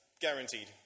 guaranteed